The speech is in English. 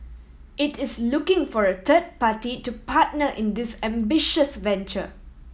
it is looking for a third party to partner in this ambitious venture